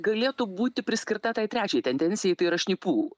galėtų būti priskirta tai trečiai tendencijai tai yra šnipų